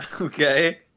Okay